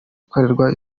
gukorerwa